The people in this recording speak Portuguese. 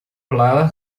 clara